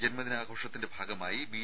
ജന്മദിനാഘോഷത്തിന്റെ ഭാഗമായി ബി